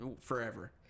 Forever